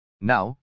Now